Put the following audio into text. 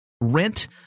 Rent